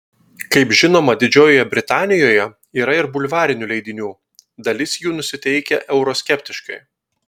kaip žinoma didžiojoje britanijoje yra ir bulvarinių leidinių dalis jų nusiteikę euroskeptiškai